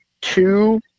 two